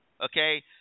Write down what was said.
okay